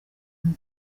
umwe